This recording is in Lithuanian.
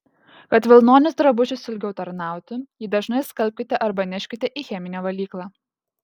kad vilnonis drabužis ilgiau tarnautų jį dažnai skalbkite arba neškite į cheminę valyklą